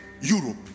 Europe